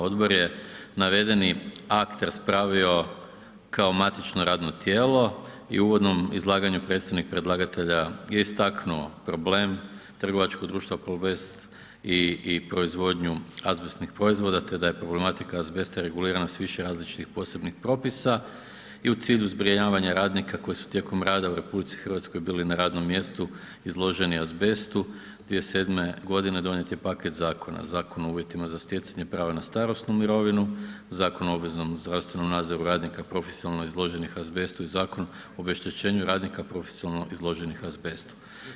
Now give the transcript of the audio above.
Odbor je navedeni akt raspravio kao matično radno tijelo i u uvodnom izlaganju predstavnik predlagatelja je istaknuo problem trgovačkog društva Plobest d.d. i proizvodnju azbestnih proizvoda te da je problematika azbesta regulirana sa više različitih posebnih propisa i u cilju zbrinjavanja radnika koji su tijekom rada u RH bili na radnom mjestu izloženi azbestu, 2007. g. donijet je paketa zakona, Zakon o uvjetima za stjecanje prava na starosnu mirovinu, Zakon o obveznom zdravstvenom nadzoru radnika profesionalno izloženih azbestu i Zakon o obeštećenju radnika profesionalno izloženih azbestu.